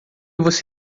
você